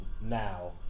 now